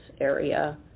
area